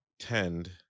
tend